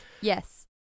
yes